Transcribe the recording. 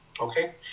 okay